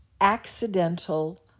accidental